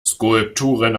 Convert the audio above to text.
skulpturen